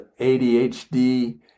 ADHD